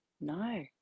No